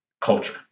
culture